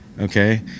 Okay